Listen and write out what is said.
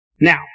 now